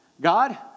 God